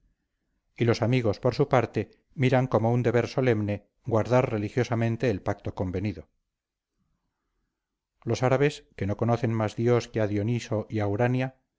y los amigos por su parte miran como un deber solemne guardar religiosamente el pacto convenido los árabes que no conocen más dios que a dioniso y a urania